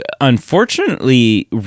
unfortunately